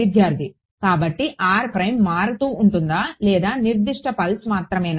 విద్యార్థి కాబట్టి మారుతూ ఉంటుందా లేదా నిర్దిష్ట పల్స్ మాత్రమేనా